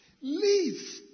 Leave